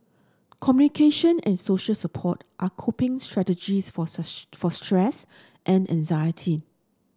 communication and social support are coping strategies for for stress and anxiety